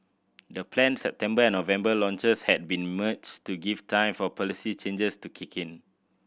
the planned September and November launches had been merged to give time for policy changes to kick in